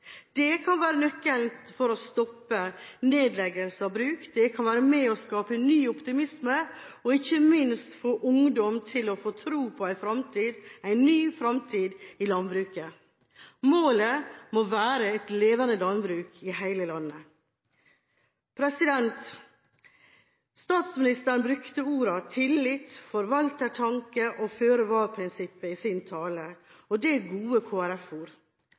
Det kan være nøkkelen for å stoppe nedleggelsen av bruk, det kan være med å skape ny optimisme og ikke minst få ungdom til å få tro på en fremtid, en ny fremtid i landbruket. Målet må være et levende landbruk i hele landet. Statsministeren brukte ordene tillit, forvaltertanken og føre-var-prinsippet i sin tale, og det er gode